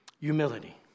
Humility